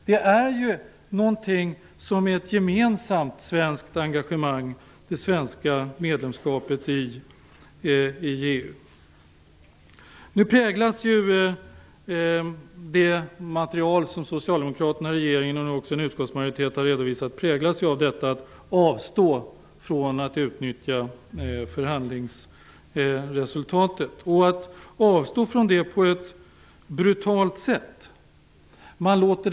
Det svenska medlemskapet i EU är ju ett gemensamt svenskt engagemang. Nu präglas det material som socialdemokraterna, regeringen och utskottsmajoriteten har redovisat av att avstå från att utnyttja förhandlingsresultatet. Man vill avstå från det på ett brutalt sätt.